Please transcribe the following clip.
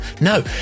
no